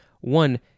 One